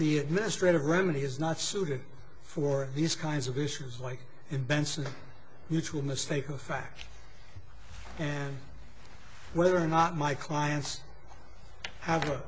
the administrative remedy is not suited for these kinds of issues like in benson mutual mistake of fact and whether or not my clients have a